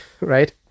right